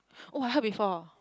oh I heard before